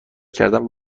کردن